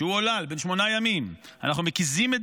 כשהוא עולל בן שמונה ימים אנחנו מקיזים את